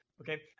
Okay